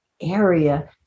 area